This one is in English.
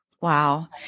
Wow